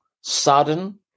sudden